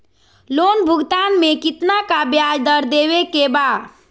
Loan भुगतान में कितना का ब्याज दर देवें के बा?